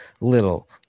little